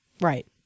Right